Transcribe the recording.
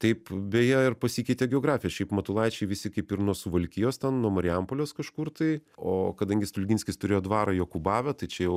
taip beje ir pasikeitė geografija šiaip matulaičiai visi kaip ir nuo suvalkijos ten nuo marijampolės kažkur tai o kadangi stulginskis turėjo dvarą jokūbave tai čia jau